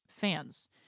fans